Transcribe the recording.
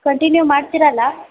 continue ಮಾಡ್ತೀರಾ ಅಲ್ಲಾ